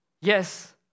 Yes